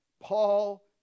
Paul